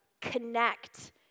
connect